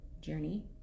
journey